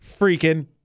freaking